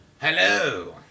Hello